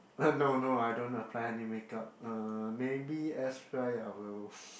ah no no I don't apply any make up uh maybe I will